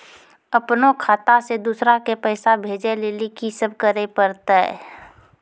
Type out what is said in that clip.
अपनो खाता से दूसरा के पैसा भेजै लेली की सब करे परतै?